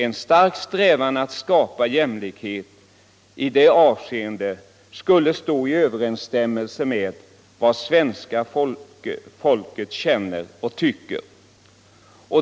En stark strävan att skapa jämlikhet i det avseendet skulle stå i överensstämmelse med vad svenska folket känner och tycker.